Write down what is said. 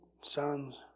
sons